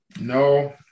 no